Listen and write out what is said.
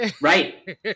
Right